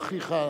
הוא אחיך,